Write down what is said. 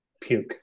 puke